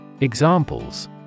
Examples